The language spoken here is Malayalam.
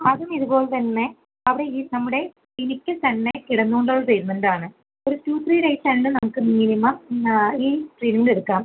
അതും ഇതുപോലെ തന്നെ അവിടെ ഈ നമ്മുടെ ക്ലിനിക്കിൽ തന്നെ കിടന്നുകൊണ്ടുള്ള ട്രീറ്റ്മെൻറ് ആണ് ഒരു ടു ത്രീ ഡേയ്സ് ആയതുകൊണ്ട് നമുക്ക് മിനിമം ഈ ട്രീറ്റ്മെൻറ് എടുക്കാം